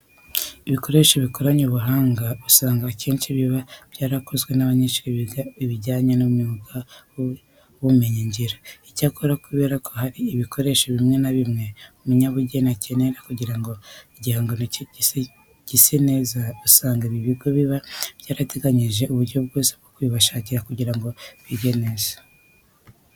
Ibikoresho bikoranye ubuhanga usanga akenshi biba byarakozwe n'abanyeshuri biga ibijyanye n'imyuga n'ubumenyingiro. Icyakora kubera ko hari ibikoresho bimwe na bimwe umunyabugeni akenera kugira ngo igihangano cye gise neza, usanga ibi bigo biba byarateganyije uburyo bwo kubibashakira kugira ngo bige neza.